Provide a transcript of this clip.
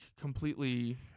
completely –